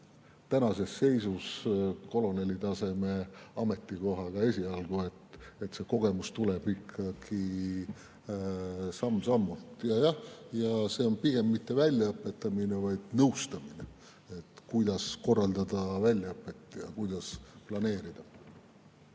tänases seisus koloneli taseme ametikoha puhul esialgu, see kogemus tuleb samm-sammult. Ja see on pigem mitte väljaõpe, vaid nõustamine, kuidas korraldada väljaõpet ja kuidas planeerida.